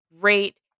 great